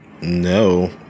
no